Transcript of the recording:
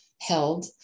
held